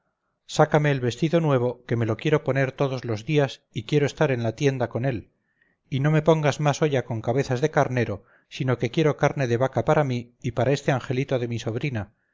sácame el vestido nuevo que me lo quiero poner todos los días y quiero estar en la tienda con él y no me pongas más olla con cabezas de carnero sino que quiero carne de vaca para mí y para este angelito de mi sobrina